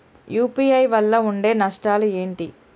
UPI వల్ల ఉండే నష్టాలు ఏంటి??